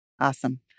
Awesome